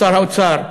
שר האוצר,